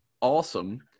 awesome